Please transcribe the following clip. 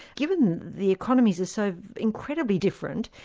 given the economies are so incredibly different,